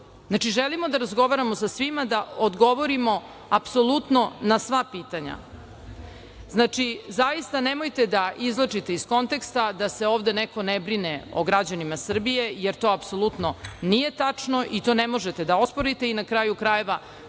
Znači, želimo da razgovaramo sa svima, da odgovorimo apsolutno na sva pitanja. Zaista nemojte da izvlačite iz konteksta, da se ovde neko ne brine o građanima Srbije, jer to apsolutno nije tačno i to ne možete da osporite i, na kraju krajeva,